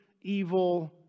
evil